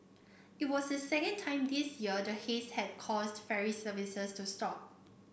it was the second time this year the haze had caused ferry services to stop